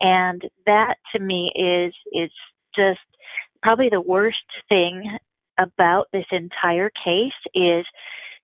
and that to me is is just probably the worst thing about this entire case, is